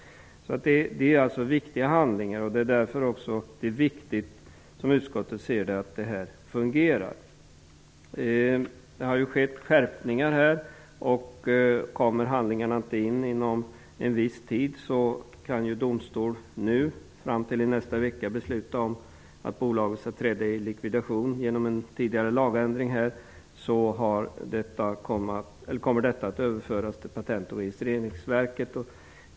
Det är alltså viktiga handlingar. Därför är det också, som utskottet ser det, viktigt att det fungerar. Det har skett skärpningar. Om handlingarna inte kommer in inom en viss tid kan domstol nu, fram till nästa vecka, besluta om att bolaget skall träda i likvidation. Genom en tidigare lagändring kommer handläggningen av dessa ärenden att överföras till Patent och registreringsverket.